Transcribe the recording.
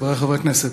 חברי חברי הכנסת,